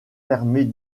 permet